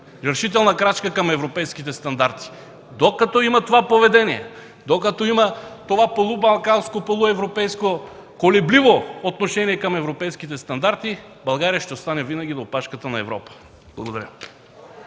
решителна крачка към европейските стандарти. Докато има това поведение, докато има това полубалканско, полуевропейско колебливо отношение към европейските стандарти, България ще остане винаги на опашката на Европа. Благодаря.